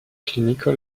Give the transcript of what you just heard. clinical